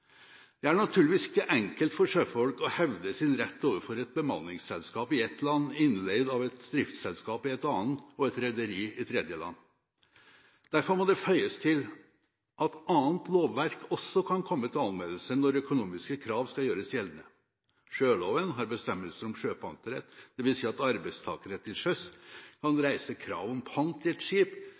Det er naturligvis ikke enkelt for sjøfolk å hevde sin rett overfor et bemanningsselskap i ett land, innleid av et driftsselskap i et annet og et rederi i tredjeland. Derfor må det føyes til at annet lovverk også kan komme til anvendelse når økonomiske krav skal gjøres gjeldende. Sjøloven har bestemmelser om sjøpanterett, dvs. at arbeidstakere til sjøs kan reise krav om pant i et skip